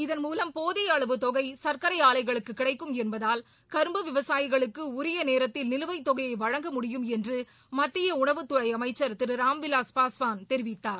இதன் மூலம் போதிய அளவு தொகை சங்க்கரை ஆலைகளுக்கு கிடைக்கும் என்பதால் கரும்பு விவசாயிகளுக்கு உரிய நேரத்தில் நிலுவைத் தொகையை வழங்க முடியும் என்று மத்திய உணவுத்துறை அமைச்சர் திரு ராம்விலாஸ் பாஸ்வான் தெரிவித்தார்